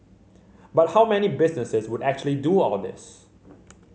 but how many businesses would actually do all this